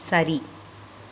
சரி